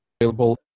available